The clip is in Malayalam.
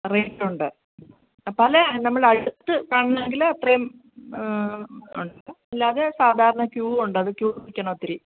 റേറ്റ് ഉണ്ട് പലേ നമ്മൾ അടുത്തു കാണണമെങ്കിൽ അത്രയും ഉണ്ട് അല്ലാതെ സാധാരണ ക്യൂ ഉണ്ട് അത് ക്യൂ നിൽക്കണം ഒത്തിരി